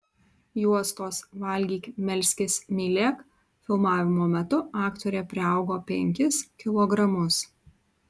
juostos valgyk melskis mylėk filmavimo metu aktorė priaugo penkis kilogramus